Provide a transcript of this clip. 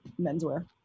menswear